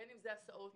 הסעות.